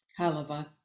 Halava